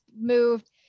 moved